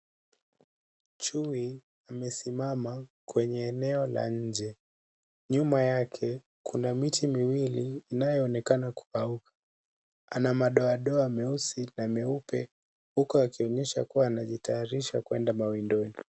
Chui amesimama kwenye eneo la nje. Nyuma yake, kuna miti miwili inayoonekana kukauka. Ana madoadoa meusi na meupe, huku akionyesha kuwa anajitayarisha kwenda mawindoni.